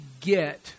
get